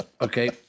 okay